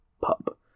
pup